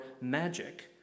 magic